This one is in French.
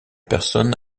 personne